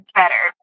better